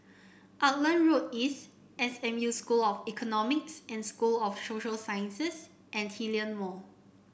Auckland Road East S M U School of Economics and School of Social Sciences and Hillion Mall